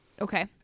Okay